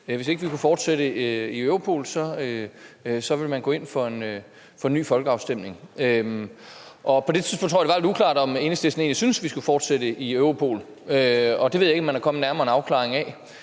hvis ikke vi kunne fortsætte i Europol, ville man gå ind for en ny folkeafstemning. På det tidspunkt tror jeg det var lidt uklart, om Enhedslisten egentlig syntes, vi skulle fortsætte i Europol, og det ved jeg ikke om man er kommet nærmere en afklaring af.